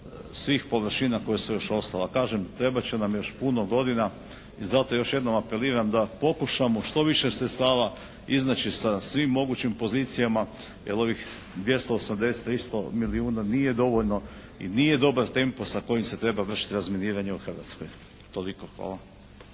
svih površina koje su još ostale. Kažem, trebat će nam još puno godina i zato još jednom apeliram da pokušamo što više sredstava iznaći sa svim mogućim pozicijama. Jer ovih 280, 300 milijuna nije dovoljno i nije dobar tempo sa kojim se treba vršiti razminiranje u Hrvatskoj. Toliko, hvala.